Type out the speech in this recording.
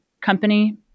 company